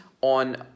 on